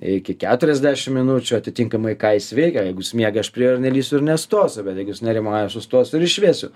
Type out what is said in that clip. iki keturiasdešim minučių atitinkamai ką jis veikia jeigu jis miega aš prie jo nelįsiu ir nestosiu bet jeigu jis nerimauja aš sustosiu ir išvesiu